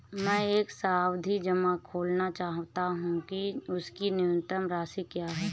मैं एक सावधि जमा खोलना चाहता हूं इसकी न्यूनतम राशि क्या है?